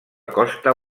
costa